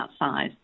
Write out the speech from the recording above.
outside